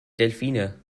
delfine